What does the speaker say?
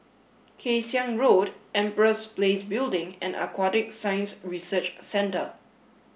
Kay Siang Road Empress Place Building and Aquatic Science Research Centre